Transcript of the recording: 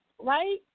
right